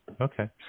Okay